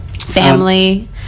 Family